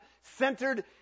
centered